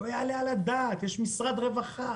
לא יעלה על הדעת, יש משרד רווחה.